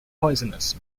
poisonous